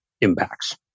impacts